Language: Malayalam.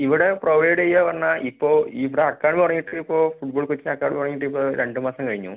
ഇവിടെ പ്രൊവൈഡ് ചെയ്യുക പറഞ്ഞാൽ ഇപ്പോൾ ഇവിടെ അക്കാദമി തുടങ്ങിയിട്ട് ഇപ്പോൾ ഫുട്ബോൾ കോച്ചിംഗ് അക്കാദമി തുടങ്ങിയിട്ട് ഇപ്പോൾ രണ്ടുമാസം കഴിഞ്ഞു